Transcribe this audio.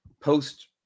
post